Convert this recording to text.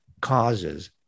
causes